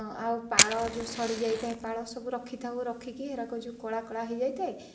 ଆଉ ଯେଉଁ ପାଳ ସଢ଼ି ଯାଇଥାଏ ପାଳ ସବୁ ରଖିଥାଉ ରଖିକି ହେରାକ ଯେଉଁ କଳା କଳା ହେଇ ଯାଇଥାଏ